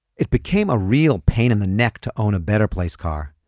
it became a real pain in the neck to own a better place car.